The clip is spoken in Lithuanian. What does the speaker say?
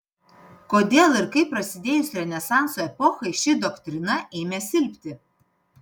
kodėl ir kaip prasidėjus renesanso epochai ši doktrina ėmė silpti